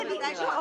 חבר הכנסת יואב.